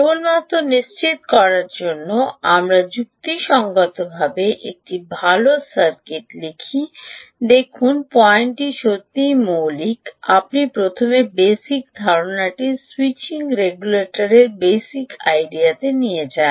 কেবলমাত্র নিশ্চিত করার জন্য যে আমরা যুক্তিসঙ্গতভাবে একটি ভাল সার্কিট লিখি দেখুন পয়েন্টটি সত্যই মৌলিক আপনি প্রথমে বেসিক ধারণাটি স্যুইচিং রেগুলেটর বেসিক আইডিয়াতে যান